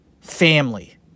family